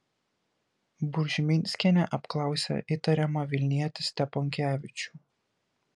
buržminskienė apklausė įtariamą vilnietį steponkevičių